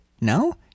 No